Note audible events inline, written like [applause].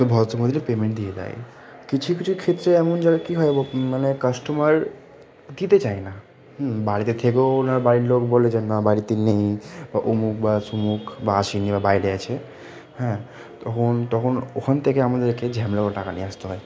তো ভদ্র [unintelligible] পেমেন্ট দিয়ে দেয় কিছু কিছু ক্ষেত্রে এমন যায় কী হয় মানে কাস্টমার দিতে চায় না হুম বাড়িতে থেকেও ওনার বাড়ির লোক বলে যে না বাড়িতে নেই বা অমুক বা তমুক বা আসিনি বা বাইরে আছে হ্যাঁ তখন তখন ওখান থেকে আমাদেরকে ঝামেলা করে টাকা নিয়ে আসতে হয়